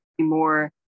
more